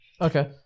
Okay